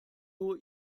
nur